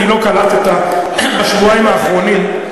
כי לא קלטת בשבועיים האחרונים,